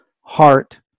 heart